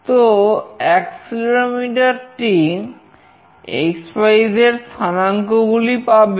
তো অ্যাক্সেলেরোমিটার টি xyz স্থানাঙ্ক গুলি পাবে